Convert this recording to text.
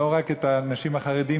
לא רק את האנשים החרדים,